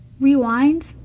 rewind